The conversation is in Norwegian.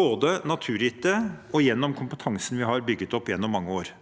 både de naturgitte og dem vi har gjennom kompetansen vi har bygd opp gjennom mange år.